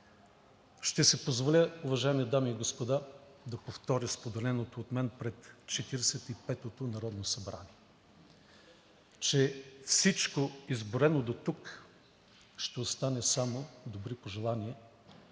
Ще си позволя, уважаеми дами и господа, да повторя споделеното от мен пред Четиридесет и петото народно събрание, че всичко изброено дотук ще остане само добри пожелания,